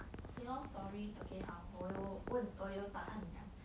okay lor sorry okay 好我有问我有答案 liao